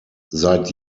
seit